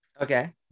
Okay